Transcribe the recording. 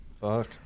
Fuck